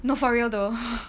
no for real though